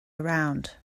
around